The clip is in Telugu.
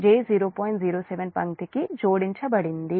07 పంక్తికి జోడించబడింది